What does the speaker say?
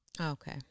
Okay